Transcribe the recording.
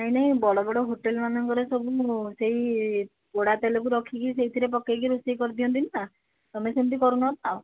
ନାହିଁ ନାହିଁ ବଡ଼ ବଡ଼ ହୋଟେଲ ମାନଙ୍କରେ ସବୁ ସେଇ ପୋଡ଼ା ତେଲ କୁ ରଖିକି ସେଇଥିରେ ପକାଇକି ରୋଷେଇକରିଦିଅନ୍ତି ନା ତୁମେ ସେମିତି କରୁନ ତ